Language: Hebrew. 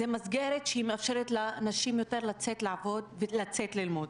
זאת מסגרת שמאפשרת יותר לנשים לצאת לעבוד וללמוד.